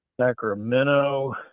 sacramento